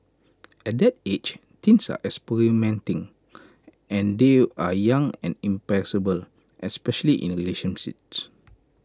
at that age teens are experimenting and they are young and impressible especially in relationships